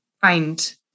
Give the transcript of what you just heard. find